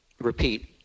repeat